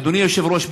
אדוני היושב-ראש,